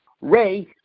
Ray